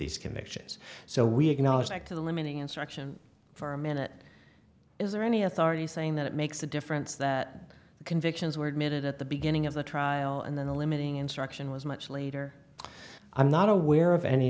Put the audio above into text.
these convictions so we acknowledge that the limiting instruction for a minute is there any authorities saying that it makes a difference that the convictions were admitted at the beginning of the trial and then the limiting instruction was much later i'm not aware of any